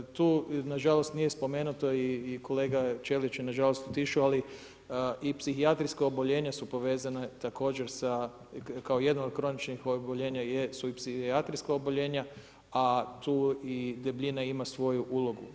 Tu na žalost nije spomenuto i kolega Ćelić je na žalost otišao, ali i psihijatrijska oboljenja su povezana također sa kao jedno od kroničnih oboljenja jesu i psihijatrijska oboljenja, a tu i debljina ima svoju ulogu.